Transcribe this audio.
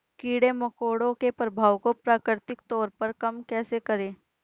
कीड़े मकोड़ों के प्रभाव को प्राकृतिक तौर पर कम कैसे करें?